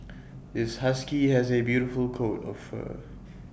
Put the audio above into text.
this husky has A beautiful coat of fur